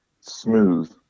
Smooth